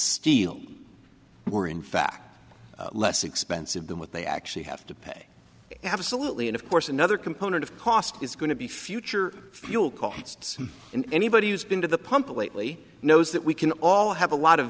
steel were in fact less expensive than what they actually have to pay absolutely and of course another component of cost is going to be future fuel costs and anybody who's been to the pump lately knows that we can all have a lot of